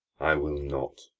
i will not.